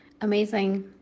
amazing